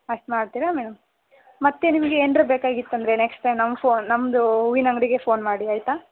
ಅಷ್ಟು ಮಾಡ್ತೀರಾ ಮೇಡಮ್ ಮತ್ತೆ ನಿಮಗೆ ಏನಾರು ಬೇಕಾಗಿತ್ತು ಅಂದರೆ ನೆಕ್ಸ್ಟ್ ಟೈಮ್ ನಮ್ಮ ಫೋನ್ ನಮ್ಮದೂ ಹೂವಿನ ಅಂಗಡಿಗೆ ಫೋನ್ ಮಾಡಿ ಆಯಿತಾ